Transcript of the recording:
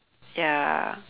ya